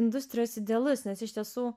industrijos idealus nes iš tiesų